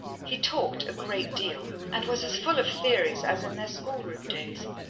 he talked a great deal, and was as full of theories as in their schoolroom days,